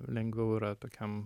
lengviau yra tokiam